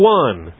one